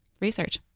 research